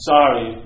Sorry